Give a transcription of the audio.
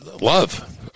love